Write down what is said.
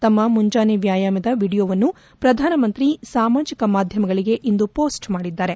ತಮ್ನ ಮುಂಜಾನೆ ವ್ಯಾಯಾಮದ ವಿಡಿಯೋ ಅನ್ನು ಪ್ರಧಾನಮಂತ್ರಿ ಸಾಮಾಜಿಕ ಮಾಧ್ಯಮಗಳಿಗೆ ಇಂದು ಪೋಸ್ತ್ ಮಾಡಿದ್ದಾರೆ